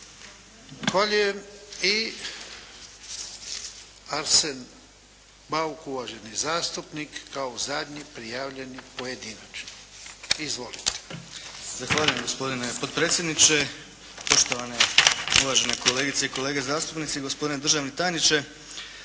I Arsen Bauk, uvaženi zastupnik kao zadnji prijavljeni pojedinačno. Izvolite. **Bauk, Arsen (SDP)** Zahvaljujem gospodine potpredsjedniče. Poštovane uvažene kolegice i kolege zastupnici, gospodine državni tajniče.